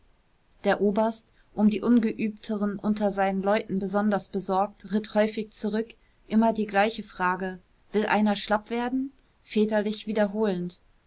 der oberst um die ungeübteren unter seinen leuten besonders besorgt ritt häufig zurück immer die gleiche frage will einer schlapp werden väterlich wiederholend